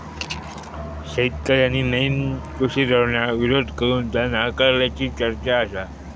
शेतकऱ्यांनी नईन कृषी धोरणाक विरोध करून ता नाकारल्याची चर्चा आसा